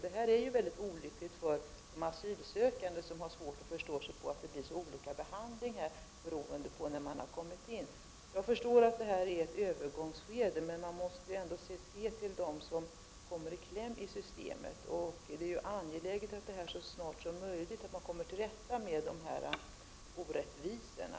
Den här situationen är olycklig, eftersom de asylsökande har svårt att förstå att det blir så olika behandling beroende på när man kommit till Sverige. Jag förstår att detta utgör ett övergångsskede, men man måste ändå se till dem som kommer i kläm i systemet. Det är angeläget att man så snart som möjligt kommer till rätta med orättvisorna.